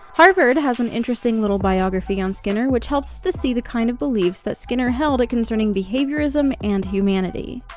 harvard has an interesting little biography on skinner which helps us to see the kind of beliefs that skinner held concerning behaviorism and humanity.